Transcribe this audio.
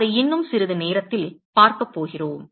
அதை இன்னும் சிறிது நேரத்தில் பார்க்கப் போகிறோம்